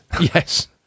Yes